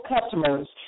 customers